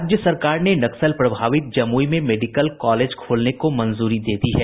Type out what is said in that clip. राज्य सरकार ने नक्सल प्रभावित जमुई में मेडिकल कॉलेज खोलने को मंजूरी दे दी है